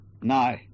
No